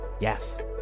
Yes